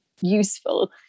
useful